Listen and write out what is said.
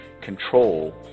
control